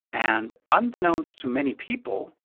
and unbeknownst to many people,